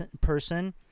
person